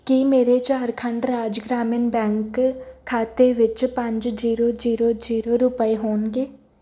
ਕੀ ਮੇਰੇ ਝਾਰਖੰਡ ਰਾਜ ਗ੍ਰਾਮੀਣ ਬੈਂਕ ਖਾਤੇ ਵਿੱਚ ਪੰਜ ਜੀਰੋ ਜੀਰੋ ਜੀਰੋ ਰੁਪਏ ਹੋਣਗੇ